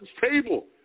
table